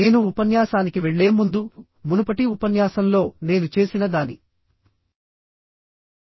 నేను ఉపన్యాసానికి వెళ్ళే ముందుమునుపటి ఉపన్యాసంలో నేను చేసిన దాని గురించి శీఘ్ర సమీక్ష ఇవ్వాలనుకుంటున్నాను